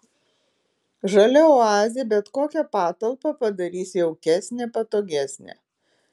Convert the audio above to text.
žalia oazė bet kokią patalpą padarys jaukesnę patogesnę